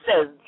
says